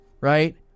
right